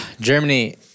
germany